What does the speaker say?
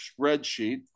spreadsheet